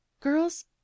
Girls